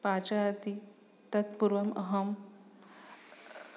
पचति तत्पूर्वम् अहं